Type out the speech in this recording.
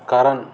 कारण